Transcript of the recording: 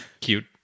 cute